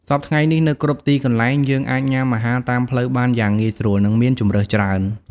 សព្វថ្ងៃនេះ នៅគ្រប់ទីកន្លែង យើងអាចញុំាអាហារតាមផ្លូវបានយ៉ាងងាយស្រួល និងមានជម្រើសច្រើន។